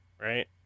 right